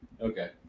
Okay